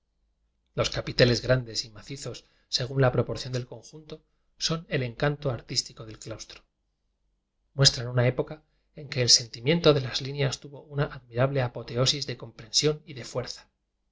los capiteles grandes y macisos según la proporción del conjunto son el encanto artístico del claustro muestran una época en que el sentimiento de las líneas tuvo una admirable apoteosis de comprensión y de fuerza